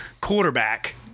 quarterback